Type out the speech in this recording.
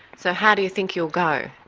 so how do you think you'll go?